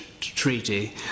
Treaty